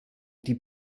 die